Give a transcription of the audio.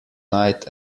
night